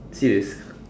serious